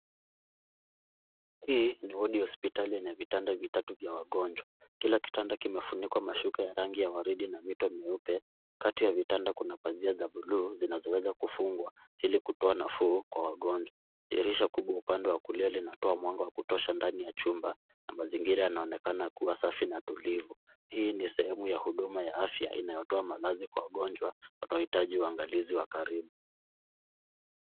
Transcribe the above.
Hii ni wodi ya hospitali yenye vitanda vitatu vya wagonjwa. Kila kitanda kimefunikwa masuka ya rangi ya waridi na mito mieupe, kati ya vitanga kuna pazia za bluu zinazoweza kufungwa ilikutoa nafuu kwa wagonjwa. Dirisha kubwa upande wa kulia linatoa mwanga wa kutosha ndani ya chumba, na mazingira yanaonekana kuwa safi na tulivu. Hii ni sehemu ya huduma ya afya inayotoa malazi kwa wagonjwa wanaohitaji uangalizi wa karibu.